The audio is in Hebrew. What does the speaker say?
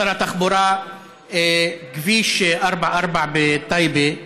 אדוני שר התחבורה, כביש 44 בטייבה,